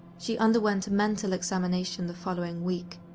she underwent a mental examination the following week,